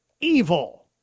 evil